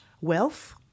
wealth